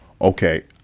okay